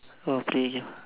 okay